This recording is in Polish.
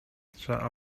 trzeba